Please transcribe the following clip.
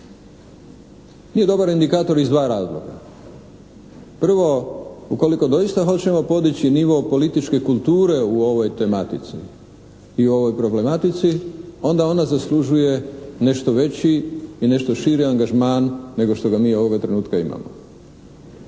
Nije dobar indikator iz dva razloga. Prvo, ukoliko doista hoćemo podići nivo političke kulture u ovoj tematici i ovoj problematici onda ona zaslužuje nešto veći i nešto širi angažman nego što ga mi ovoga trenutka imamo